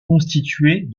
constituée